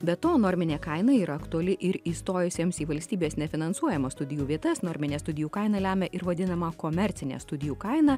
be to norminė kaina yra aktuali ir įstojusiems į valstybės nefinansuojamas studijų vietas norminė studijų kaina lemia ir vadinamą komercinę studijų kainą